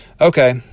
Okay